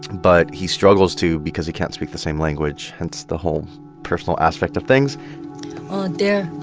but he struggles to because he can't speak the same language, hence the whole personal aspect of things there.